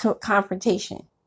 confrontation